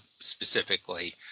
specifically